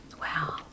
Wow